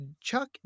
Chuck